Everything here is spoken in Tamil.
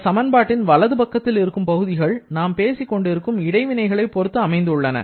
இந்த சமன்பாட்டின் வலது பக்கத்தில் இருக்கும் பகுதிகள் நாம் பேசிக்கொண்டிருக்கும் இடைவினைகளைப் பொறுத்து அமைந்துள்ளன